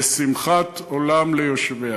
ושמחת עולם ליושביה".